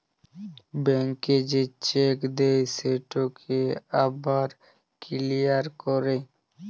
ব্যাংকে যে চ্যাক দেই সেটকে আবার কিলিয়ার ক্যরে